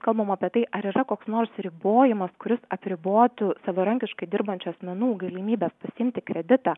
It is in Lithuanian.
kalbam apie tai ar yra koks nors ribojimas kuris apribotų savarankiškai dirbančių asmenų galimybes pasiimti kreditą